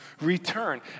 return